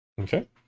Okay